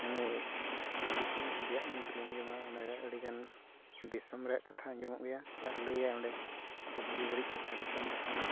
ᱚᱱᱮ ᱦᱤᱱᱫᱤ ᱠᱷᱚᱱ ᱦᱤᱱᱫᱤᱭᱟᱜ ᱱᱤᱭᱩᱡᱽ ᱞᱤᱧ ᱟᱸᱡᱚᱢᱟ ᱚᱸᱰᱮ ᱟᱹᱰᱤ ᱜᱟᱱ ᱫᱤᱥᱚᱢ ᱨᱮᱭᱟᱜ ᱠᱟᱛᱷᱟ ᱟᱸᱡᱚᱢᱚᱜ ᱜᱮᱭᱟ ᱟᱨ ᱞᱟᱹᱭᱟᱭ ᱚᱸᱰᱮ ᱡᱮ ᱵᱩᱜᱤ ᱵᱟᱹᱲᱤᱡ ᱠᱟᱛᱷᱟ ᱫᱤᱥᱚᱢ ᱠᱟᱛᱷᱟ ᱦᱚᱸ